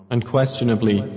Unquestionably